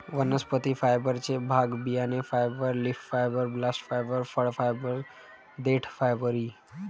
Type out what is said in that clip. वनस्पती फायबरचे भाग बियाणे fibre, leaf fibre, bast fibre, फळ फायबर, देठ फायबर इ